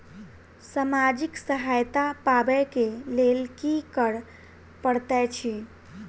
सामाजिक सहायता पाबै केँ लेल की करऽ पड़तै छी?